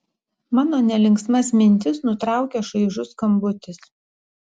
mano nelinksmas mintis nutraukia šaižus skambutis